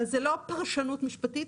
זה לא פרשנות משפטית.